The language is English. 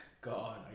God